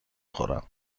خورم